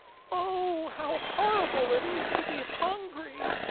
oh, how horrible it is to be hungry!